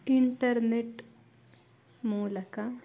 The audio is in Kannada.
ಇಂಟರ್ನೆಟ್ ಮೂಲಕ